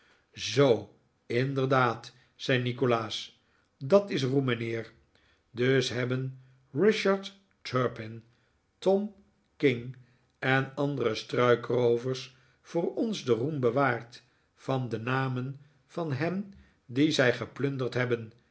zoo inderdaad zei nikolaas dat is roem mijnheer dus hebben richard turpin tom king en andere struikroovers voor ons den roem bewaard van de namen van hen die zij geplunderd hebben